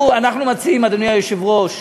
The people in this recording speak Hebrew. אנחנו מציעים, אדוני היושב-ראש,